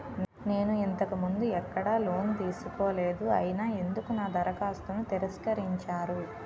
నేను ఇంతకు ముందు ఎక్కడ లోన్ తీసుకోలేదు అయినా ఎందుకు నా దరఖాస్తును తిరస్కరించారు?